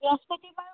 বৃহস্পতিবাৰে কৰোঁ